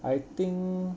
I think